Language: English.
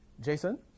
Jason